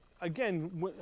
again